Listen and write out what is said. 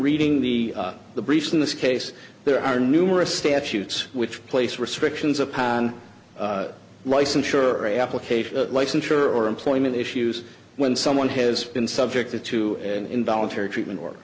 reading the the briefs in this case there are numerous statutes which place restrictions upon rice i'm sure a application licensure or employment issues when someone has been subjected to an involuntary treatment or